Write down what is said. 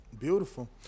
Beautiful